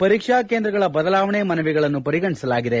ಪರೀಕ್ಷಾ ಕೇಂದ್ರಗಳ ಬದಲಾವಣೆ ಮನವಿಗಳನ್ನು ಪರಿಗಣಿಸಲಾಗಿದೆ